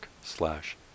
slash